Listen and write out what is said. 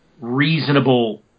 reasonable